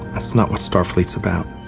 that's not what starfleet's about.